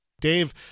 Dave